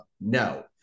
No